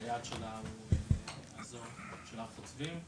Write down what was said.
שהיעד שלה הוא האזור של הר חוצבים.